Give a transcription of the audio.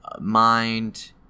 mind